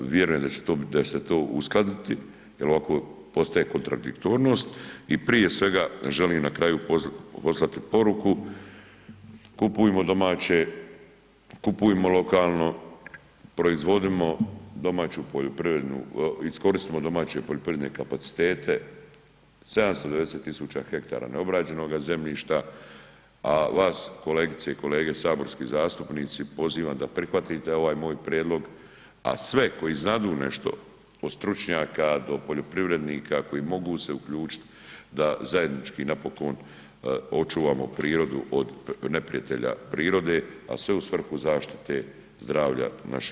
Vjerujem da će se to uskladiti, jer ovako postaje kontradiktornost i prije svega želim na kraju poslati poruku kupujmo domaće, kupujmo lokalno, proizvodimo domaću poljoprivrednu, iskoristimo domaće poljoprivredne kapacitete, 790.000 hektara neograđenoga zemljišta, a vas kolegice i kolege saborski zastupnici pozivam da prihvatite ovaj moj prijedlog, a sve koji znadu nešto od stručnjaka do poljoprivrednika koji mogu se uključiti da zajednički napokon očuvamo prirodu od neprijatelja prirode, a sve u svrhu zaštite zdravlja naših ljudi.